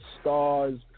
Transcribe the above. stars